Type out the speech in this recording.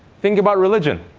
think about religion.